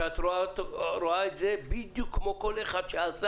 שאת רואה את זה בדיוק כמו כל אחד שעשה.